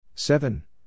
Seven